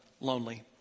lonely